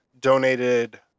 donated